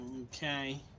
Okay